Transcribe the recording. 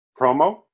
promo